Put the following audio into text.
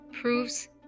proves